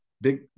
big